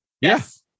yes